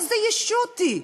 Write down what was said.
איזה ישות היא?